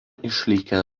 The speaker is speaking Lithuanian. išlikę